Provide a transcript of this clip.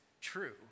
true